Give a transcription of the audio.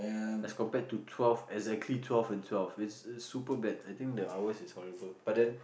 as compared to twelve exactly twelve and twelve it's it's super bad I think the hours is horrible but then